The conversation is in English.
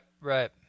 right